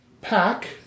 pack